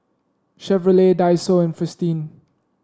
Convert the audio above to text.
Chevrolet Daiso and Fristine